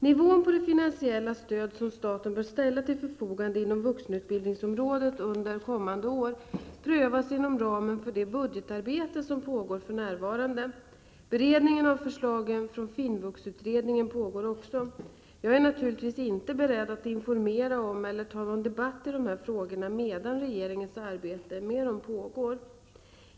Nivån på det finansiella stöd som staten bör ställa till förfogande inom vuxenutbildningsområdet under kommande år, prövas inom ramen för det budgetarbete som pågår för närvarande. Beredningen av förslagen från finvuxutredningen pågår också. Jag är naturligtvis inte beredd att informera om eller ta någon debatt i dessa frågor medan regeringens arbete med dem pågår.